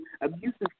abusive